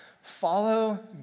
Follow